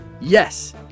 Yes